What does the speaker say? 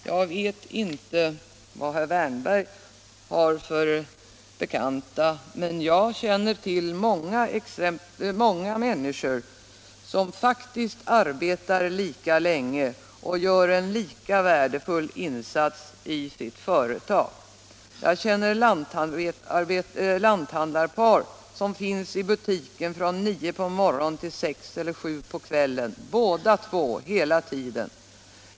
Jag vet inte vad herr Wärnberg har för bekanta, men jag känner till många makar som faktiskt båda arbetar lika länge och gör en lika värdefull insats i sitt företag. Jag känner lanthandlarpar, där båda makarna finns i butiken hela tiden från kl. 9 på morgonen till 6 eller 7 på kvällen.